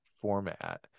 format